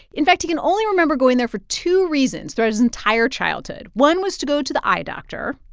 in fact, he can only remember going there for two reasons throughout his entire childhood. one was to go to the eye doctor.